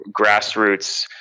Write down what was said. grassroots